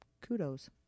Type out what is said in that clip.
kudos